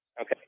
Okay